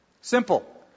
Simple